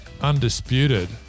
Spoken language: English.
undisputed